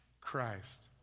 Christ